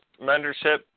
mentorship